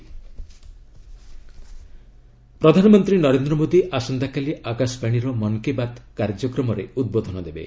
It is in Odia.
ମନ୍ କୀ ବାତ୍ ପ୍ରଧାନମନ୍ତ୍ରୀ ନରେନ୍ଦ୍ର ମୋଦି ଆସନ୍ତାକାଲି ଆକାଶବାଣୀର ମନ୍ କୀ ବାତ୍ କାର୍ଯ୍ୟକ୍ରମରେ ଉଦ୍ବୋଧନ ଦେବେ